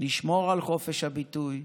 נשמור על חופש הביטוי.